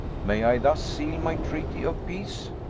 may i thus seal my treaty of peace?